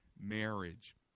marriage